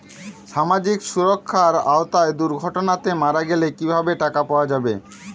সামাজিক সুরক্ষার আওতায় দুর্ঘটনাতে মারা গেলে কিভাবে টাকা পাওয়া যাবে?